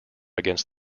against